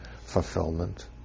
fulfillment